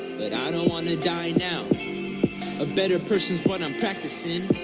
but i don't want to die now a better persons, but i'm practicing